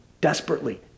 desperately